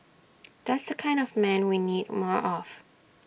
that's the kind of man we need more of